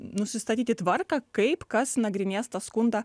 nusistatyti tvarką kaip kas nagrinės tą skundą